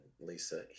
Lisa